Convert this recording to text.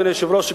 אדוני היושב-ראש,